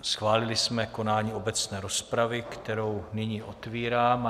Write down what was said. Schválili jsme konání obecné rozpravy, kterou nyní otevírám.